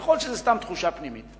יכול להיות שזו סתם תחושה פנימית.